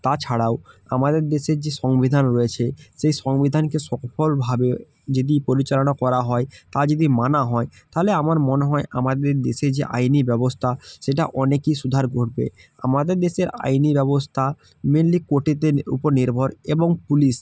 তাছাড়াও আমাদের দেশের যে সংবিধান রয়েছে সেই সংবিধানকে সফলভাবে যদি পরিচালনা করা হয় তা যদি মানা হয় তাহলে আমার মনে হয় আমাদের দেশে যে আইনি ব্যবস্থা সেটা অনেকই শুধার করবে আমাদের দেশের আইনি ব্যবস্থা মেনলি কোর্টের উপর নির্ভর এবং পুলিশ